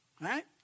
Right